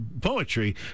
poetry